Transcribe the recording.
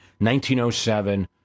1907